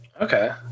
Okay